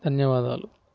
ధన్యవాదాలు